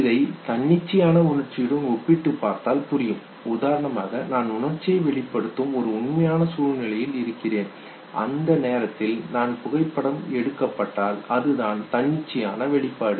இதை தன்னிச்சையான உணர்ச்சியுடன் ஒப்பிட்டுப் பார்த்தால் புரியும் உதாரணமாக நான் உணர்ச்சியை வெளிப்படுத்தும் ஒரு உண்மையான சூழ்நிலையில் இருக்கிறேன் அந்த நேரத்தில் நான் புகைப்படம் எடுக்கப்பட்டால் அதுதான் தன்னிச்சையான வெளிப்பாடு